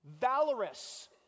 valorous